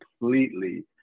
completely